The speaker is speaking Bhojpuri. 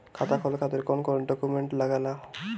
खाता खोले के खातिर कौन कौन डॉक्यूमेंट लागेला?